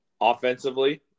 offensively